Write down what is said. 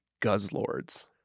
guzzlords